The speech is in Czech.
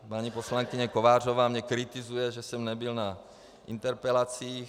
Paní poslankyně Kovářová mne kritizuje, že jsem nebyl na interpelacích.